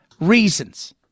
reasons